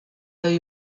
der